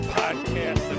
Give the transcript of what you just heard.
podcast